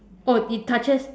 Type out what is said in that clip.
oh it touches